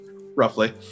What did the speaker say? Roughly